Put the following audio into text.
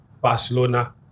Barcelona